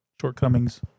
Shortcomings